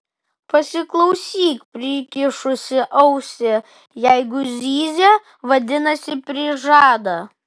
pasiklausyk prikišusi ausį jeigu zyzia vadinasi prižada